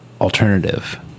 alternative